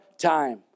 time